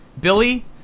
Billy